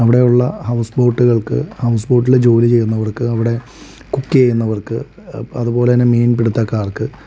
അവിടെ ഉള്ള ഹൗസ്ബോട്ടുകൾക്ക് ഹൗസ്ബോട്ടിൽ ജോലി ചെയ്യുന്നവർക്ക് അവിടെ കുക്ക് ചെയ്യുന്നവർക്ക് അതുപോലെ തന്നെ മീൻപിടുത്തക്കാർ